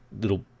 little